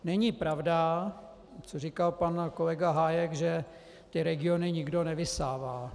Není pravda to, co říkal pan kolega Hájek, že regiony nikdo nevysává.